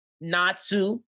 Natsu